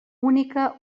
única